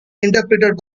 interpreted